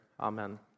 Amen